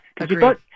Agreed